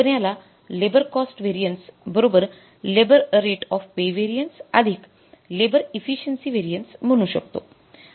आपण याला labour cost variance labour rate of pay variance labour efficiency variance म्हणू शकतो